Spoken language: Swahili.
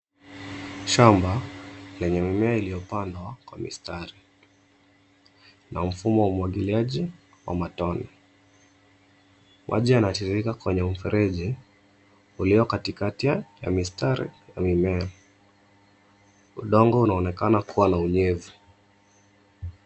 Shamba lenye mimea iliyopandwa kwa mistari na mfumo wa umwagiliaji wa matone. Maji yanatiririka kwenye mifereji iliyo katikati mwa mistari na mimea. Udongo unaonekana kuwa na unyevu.